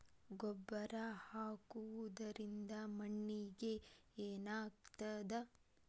ಗೊಬ್ಬರ ಹಾಕುವುದರಿಂದ ಮಣ್ಣಿಗೆ ಏನಾಗ್ತದ?